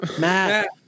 Matt